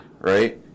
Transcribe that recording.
Right